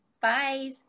Bye